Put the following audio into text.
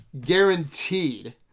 Guaranteed